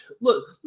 look